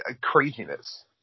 craziness